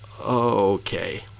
Okay